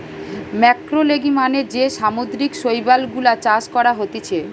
ম্যাক্রোলেগি মানে যে সামুদ্রিক শৈবাল গুলা চাষ করা হতিছে